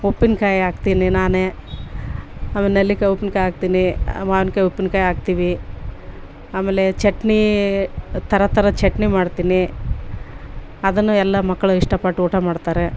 ಉಪ್ಪಿನ್ಕಾಯಿ ಹಾಕ್ತಿನಿ ನಾನೇ ಆಮೇಲೆ ನೆಲ್ಲಿಕಾಯಿ ಉಪ್ಪಿನ್ಕಾಯಿ ಹಾಕ್ತಿನಿ ಮಾವಿನ್ಕಾಯಿ ಉಪ್ಪಿನ್ಕಾಯಿ ಹಾಕ್ತಿವಿ ಆಮೇಲೆ ಚಟ್ನಿ ಥರ ಥರ ಚಟ್ನಿ ಮಾಡ್ತೀನಿ ಅದನ್ನು ಎಲ್ಲ ಮಕ್ಕಳು ಇಷ್ಟ ಪಟ್ಟು ಊಟ ಮಾಡ್ತಾರೆ